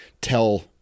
tell